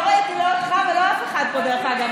לא ראיתי לא אותך ולא אף אחד פה, דרך אגב.